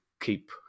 keep